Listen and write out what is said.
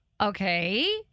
Okay